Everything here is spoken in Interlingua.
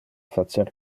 facer